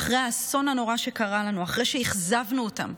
אחרי האסון הנורא שקרה לנו, אחרי שאכזבנו אותם,